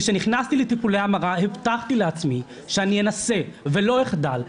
כשנכנסתי לטיפולי ההמרה הבטחתי לעצמי שאני אנסה ולא אחדל,